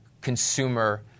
consumer